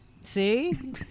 See